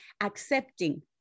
accepting